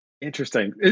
Interesting